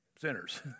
Sinners